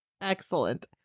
Excellent